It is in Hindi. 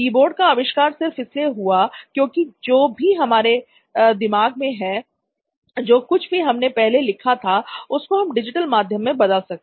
कीबोर्ड का आविष्कार सिर्फ इसलिए हुआ क्योंकि जो भी कुछ हमारे दिमाग में हैं जो कुछ भी हमने पहले लिखा था उसको हम डिजिटल माध्यम में बदल सके